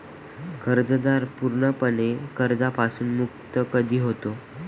कर्जदार पूर्णपणे कर्जापासून मुक्त कधी होतो?